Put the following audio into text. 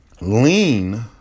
lean